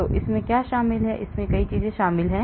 तो इसमें क्या शामिल है इसमें कई चीजें शामिल हैं